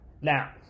Now